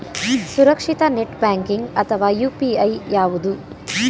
ಸುರಕ್ಷಿತ net banking ಅಥವಾ UPI ಯಾವುದು?